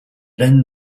lend